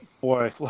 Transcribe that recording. Boy